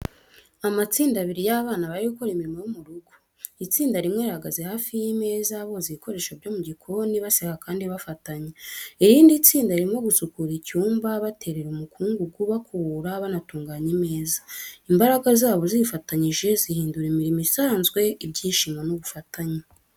Amatsinda abiri y’abana bari gukora imirimo yo mu rugo. Itsinda rimwe rihagaze hafi y’imeza, boza ibikoresho byo mu gikoni, baseka kandi bafatanya. Irindi tsinda ririmo gusukura icyumba—baterera umukungugu, bakubura, banatunganya imeza. Imbaraga zabo zifatanyije zihindura imirimo isanzwe ibyishimo n’ubufatanye.